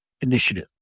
initiative